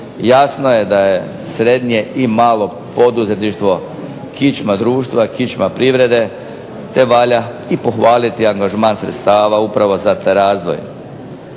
Jasno je da je srednje i malo poduzetništvo kičma društva, kičma privrede te valja i pohvaliti angažman sredstava upravo za taj razvoj.